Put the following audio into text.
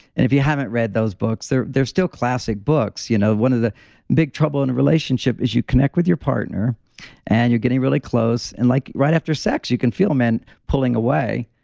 if you haven't read those books, they're they're still classic books. you know one of the big trouble in a relationship is you connect with your partner and you're getting really close. and like right after sex, you can feel men pulling away.